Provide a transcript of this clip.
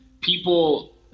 people